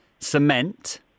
Cement